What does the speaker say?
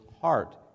heart